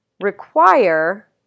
require